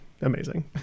amazing